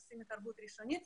עושים התערבות ראשונית,